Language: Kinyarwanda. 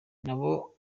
n’abo